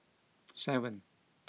seven